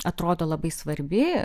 atrodo labai svarbi